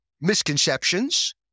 misconceptions